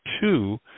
two